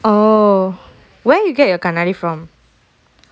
oh where you get your kannadi from